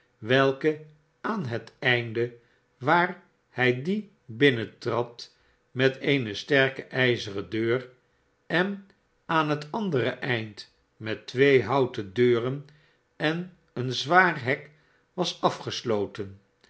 welke aan het einde waar hij dien binnentrad met eene sterke ijzeren deur en aan het andere einde met twee houten deuren en een zwaar hek was